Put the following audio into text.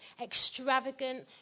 extravagant